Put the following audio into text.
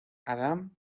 adam